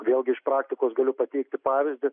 vėlgi iš praktikos galiu pateikti pavyzdį